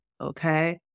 Okay